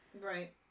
Right